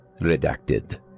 Redacted